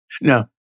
Now